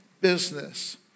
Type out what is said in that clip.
business